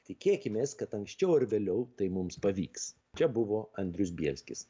tikėkimės kad anksčiau ar vėliau tai mums pavyks čia buvo andrius bielskis